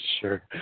Sure